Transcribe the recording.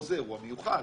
פה זה אירוע מיוחד.